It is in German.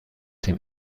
dem